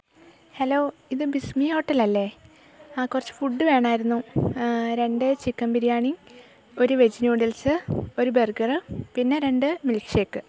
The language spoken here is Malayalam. ഹലോ ഇത് ബിസ്മി ഹോട്ടലല്ലെ ആ കുറച്ച് ഫുഡ്ഡ് വേണമായിരുന്നു രണ്ട് ചിക്കൻ ബിരിയാണിയും ഒരു വെജ് നൂഡിൽസ് ഒരു ബെർഗർ പിന്നെ രണ്ട് മിൽക്ക് ഷെയ്ക്ക്